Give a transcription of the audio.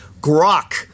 Grok